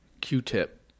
Q-tip